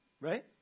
Right